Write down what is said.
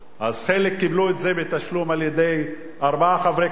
אז חלק קיבלו את זה בתשלום על-ידי ארבעה חברי כנסת,